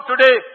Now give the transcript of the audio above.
today